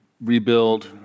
rebuild